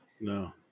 No